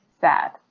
sad